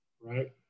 right